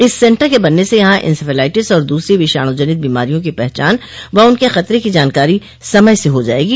इस सेन्टर के बनने से यहाँ इन्सेफ्लाइटिस और दूसरी विषाणु जनित बीमारियों की पहचान व उनके खतरे की जानकारी समय से हो जायेगी